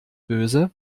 böse